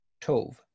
Tove*